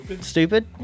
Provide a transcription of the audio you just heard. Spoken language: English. stupid